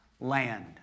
land